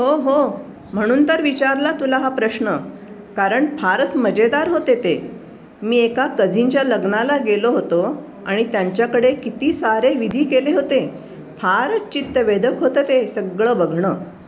हो हो म्हणून तर विचारला तुला हा प्रश्न कारण फारच मजेदार होते ते मी एका कझिनच्या लग्नाला गेलो होतो आणि त्यांच्याकडे किती सारे विधी केले होते फारच चित्तवेधक होतं ते सगळं बघणं